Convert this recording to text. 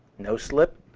no slip.